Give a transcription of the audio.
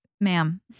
ma'am